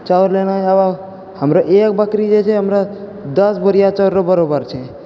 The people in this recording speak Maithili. चाउर लेना छै आओर हमरा एक बकरी जेछै हमरा दस बोरिया चाउर रे बराबर छै